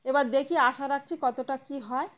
এবার দেখি আশা রাখছি কতটা কী হয়